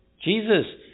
Jesus